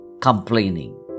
complaining